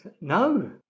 No